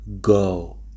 go